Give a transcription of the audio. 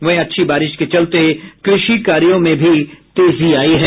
वहीं अच्छी बारिश के चलते कृषि कार्यों में तेजी आयी है